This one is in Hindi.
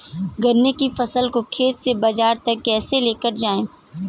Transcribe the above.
गन्ने की फसल को खेत से बाजार तक कैसे लेकर जाएँ?